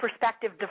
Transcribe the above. perspective